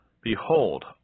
Behold